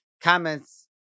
comments